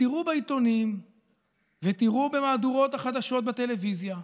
ותראו בעיתונים ותראו במהדורות החדשות בטלוויזיה,